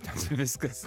tas viskas